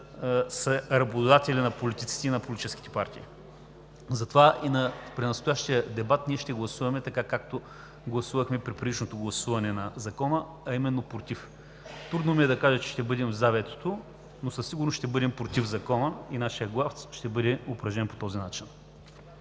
са работодатели на политиците и на политическите партии. Затова на настоящия дебат ще гласуваме както гласувахме при предишното гласуване на Закона, а именно „против“. Трудно ми е да кажа, че ще бъдем „за“ ветото, но със сигурност ще бъдем „против“ Закона и нашият глас ще бъде упражнен по този начин.